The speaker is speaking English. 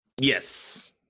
Yes